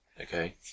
Okay